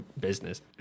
business